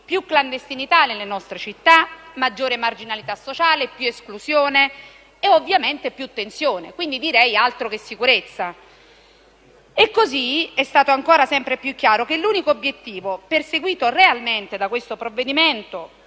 più clandestinità nelle nostre città, maggiore marginalità sociale, più esclusione e ovviamente più tensione, quindi altro che sicurezza. Così è stato sempre più chiaro che l'unico obiettivo perseguito realmente dal provvedimento